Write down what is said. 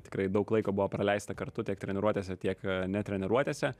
tikrai daug laiko buvo praleista kartu tiek treniruotėse tiek ne treniruotėse